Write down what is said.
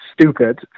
stupid